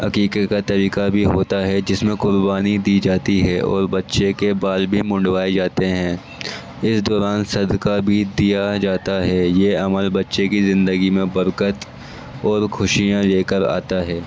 عقیقہ کا طریقہ بھی ہوتا ہے جس میں قربانی دی جاتی ہے اور بچے کے بال بھی منڈوائے جاتے ہیں اس دوران صدقہ بھی دیا جاتا ہے یہ عمل بچے کی زندگی میں برکت اور خھوشیاں لے کر آتا ہے